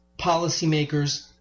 policymakers